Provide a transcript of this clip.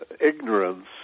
ignorance